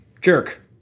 Jerk